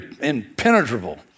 impenetrable